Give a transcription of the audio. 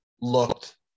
looked